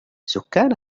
سكان